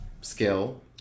skill